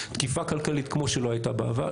תקיפה כלכלית כמו שלא הייתה בעבר,